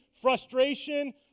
frustration